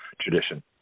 tradition